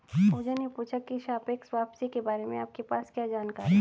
पूजा ने पूछा की सापेक्ष वापसी के बारे में आपके पास क्या जानकारी है?